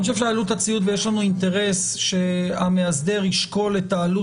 יש לנו אינטרס שהמאסדר ישקול את העלות